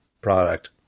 product